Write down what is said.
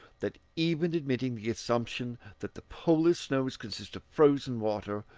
that, even admitting the assumption that the polar snows consist of frozen water,